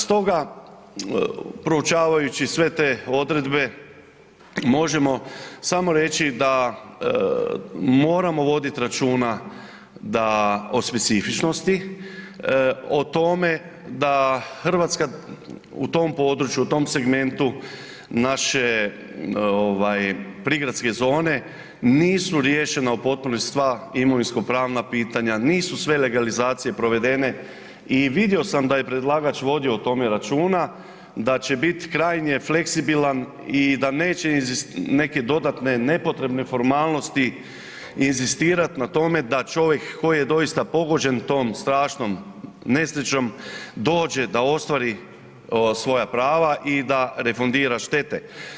Stoga proučavajući sve te odredbe možemo samo reći da moramo voditi računa o specifičnosti, o tome da Hrvatska u tom području, u tom segmentu naše prigradske zone nisu riješena u potpunosti sva imovinskopravna pitanja, nisu sve legalizacije provedene i vidio sam da je predlagač vodio o tome računa, da će biti krajnje fleksibilan i neće neke dodatne nepotrebne formalnosti inzistirati na tome da čovjek koji je doista pogođen tom strašnom nesrećom dođe da ostvari svoja prava i da refundira štete.